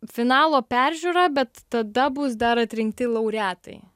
finalo peržiūra bet tada bus dar atrinkti laureatai